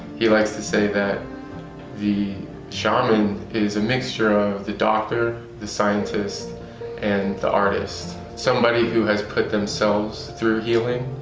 he likes to say that the shaman is a mixture of the doctor the scientist and the artist somebody who has put themselves through healing